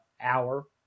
hour